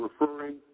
referring